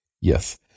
Yes